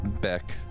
Beck